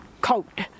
coat